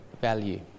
value